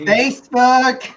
Facebook